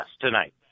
tonight